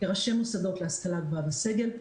כראשי מוסדות להשכלה גבוהה וסגל,